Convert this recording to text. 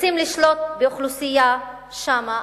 רוצים לשלוט באוכלוסייה שם,